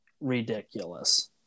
ridiculous